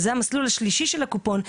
וזה המסלול השלישי של הקופון,